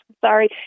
Sorry